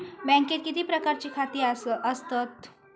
बँकेत किती प्रकारची खाती आसतात?